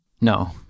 No